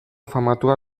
famatua